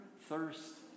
thirst